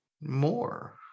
more